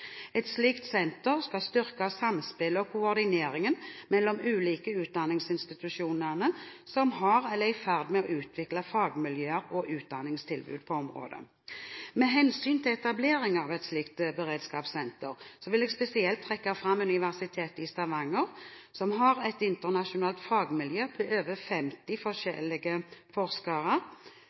Et slikt senter skal styrke samspillet og koordineringen mellom de ulike utdanningsinstitusjonene som har eller er i ferd med å utvikle fagmiljøer og utdanningstilbud på området. Med hensyn til etablering av et slikt beredskapssenter vil jeg spesielt trekke fram Universitetet i Stavanger, som har et internasjonalt fagmiljø med mer enn 50